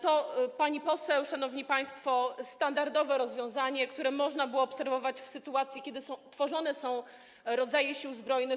To, pani poseł, szanowni państwo, standardowe rozwiązanie, które można obserwować w sytuacji, kiedy tworzone są rodzaje Sił Zbrojnych.